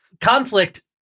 Conflict